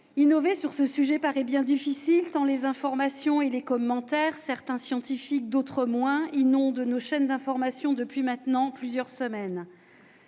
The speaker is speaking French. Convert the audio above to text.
Innover sur ce sujet paraît bien difficile, tant les informations et les commentaires plus ou moins scientifiques inondent nos chaînes d'information depuis maintenant plusieurs semaines.